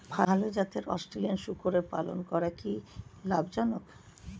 ভাল জাতের অস্ট্রেলিয়ান শূকরের পালন করা কী লাভ জনক?